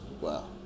Wow